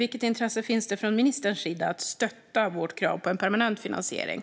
Vilket intresse finns det från ministerns sida för att stötta vårt krav på en permanent finansiering?